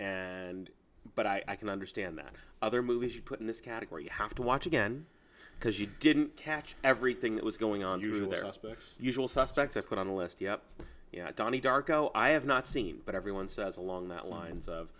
and but i can understand that other movies you put in this category you have to watch again because you didn't catch everything that was going on you there are aspects usual suspects i put on the list yep donnie darko i have not seen but everyone says along that lines of